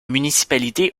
municipalités